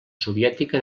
soviètica